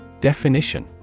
Definition